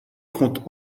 compte